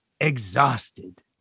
exhausted